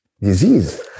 disease